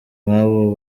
nk’abo